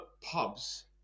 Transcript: pubs